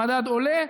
המדד עולה.